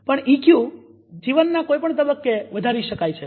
પણ ઈક્યુ જીવનના કોઈ પણ તબક્કે વધારી શકાય છે